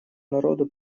народу